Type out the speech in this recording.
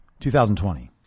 2020